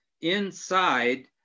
inside